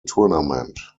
tournament